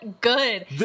good